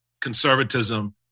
conservatism